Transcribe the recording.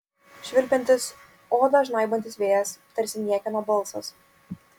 švilpiantis odą žnaibantis vėjas tarsi niekieno balsas